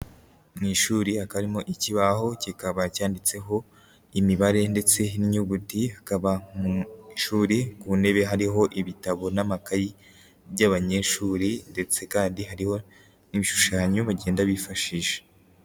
Mu ishuri hakaba harimo ikibaho. Kikaba cyanditseho imibare ndetse n'inyuguti. Hakaba mu ishuri ku ntebe hariho ibitabo n'amakayi by'abanyeshuri, ndetse kandi hariho ibishushanyo bagenda bifashisha